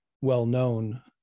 well-known